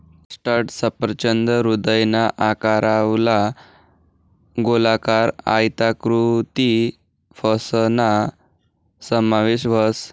custard सफरचंद हृदयना आकारवाला, गोलाकार, आयताकृती फयसना समावेश व्हस